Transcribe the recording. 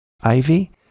Ivy